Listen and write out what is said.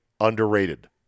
underrated